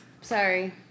Sorry